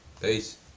Peace